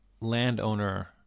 landowner